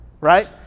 right